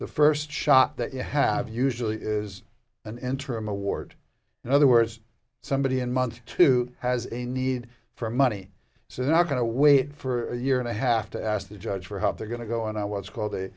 the first shot that you have usually is an interim award in other words somebody in months to has a need for money so they're not going to wait for a year and a half to ask the judge for how they're going to go and i what's called